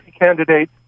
candidate